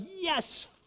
yes